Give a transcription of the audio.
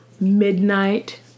Midnight